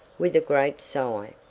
with a great sigh.